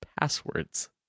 passwords